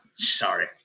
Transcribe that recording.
Sorry